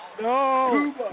No